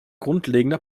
grundlegender